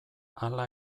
hala